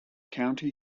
county